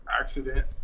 Accident